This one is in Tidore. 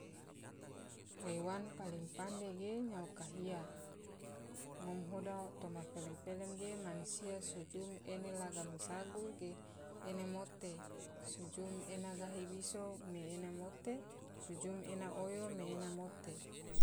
Haiwan paling pande ge nyao kahia, ngom hoda toma felem felem ge mansia sujum ene laga ma sagu ge ena mote sujum ena gahi biso me ena mote sujum ena oyo me ena mote.